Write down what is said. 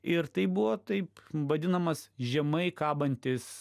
ir tai buvo taip vadinamas žemai kabantis